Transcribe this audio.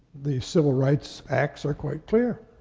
the civil rights acts are quite clear,